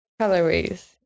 calories